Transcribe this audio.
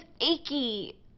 achy